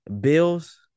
Bills